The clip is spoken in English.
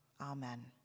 Amen